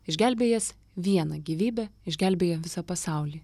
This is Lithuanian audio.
išgelbėjęs vieną gyvybę išgelbėja visą pasaulį